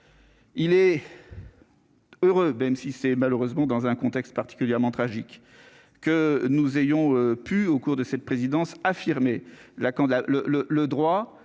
Il est. Heureux, même si c'est malheureusement dans un contexte particulièrement tragique que nous ayons pu au cours de cette présidence affirmé là quand